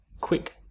quick